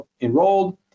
enrolled